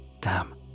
damn